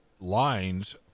lines